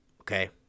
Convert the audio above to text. okay